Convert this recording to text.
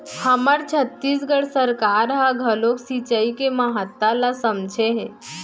हमर छत्तीसगढ़ सरकार ह घलोक सिचई के महत्ता ल समझे हे